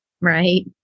Right